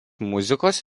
muzikos